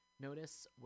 Notice